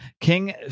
King